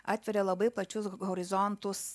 atveria labai plačius horizontus